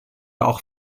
auch